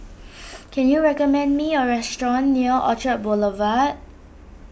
can you recommend me a restaurant near Orchard Boulevard